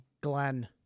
Glenn